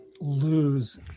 lose